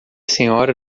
senhora